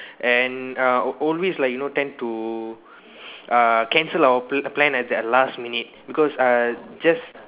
and uh always like you know tend to uh cancel our plan plan at that last minute because uh just